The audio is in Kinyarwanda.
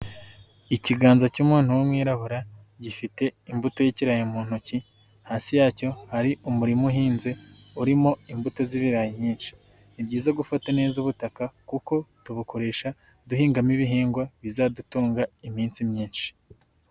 Ikiganza cy'umuntu w'umwirabura gifite imbuto y'ikirayi mu ntoki, hasi yacyo hari umurima uhinze urimo imbuto z'ibirayi nyinshi, ni byiza gufata neza ubutaka kuko tubukoresha duhingamo ibihingwa bizadutunga iminsi myinshi.